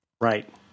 Right